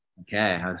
okay